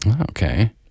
Okay